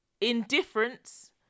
indifference